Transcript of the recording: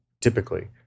Typically